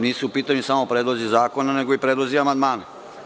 Nisu u pitanju samo predlozi zakona, nego i predlozi amandmana.